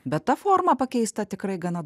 bet ta forma pakeista tikrai gana